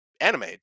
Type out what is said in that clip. anime